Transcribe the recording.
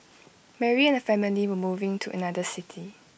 Mary and her family were moving to another city